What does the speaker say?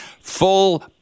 full